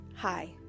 Hi